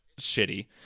shitty